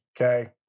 Okay